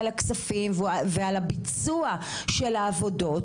על הכספים ועל הביצוע של העבודות,